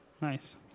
Nice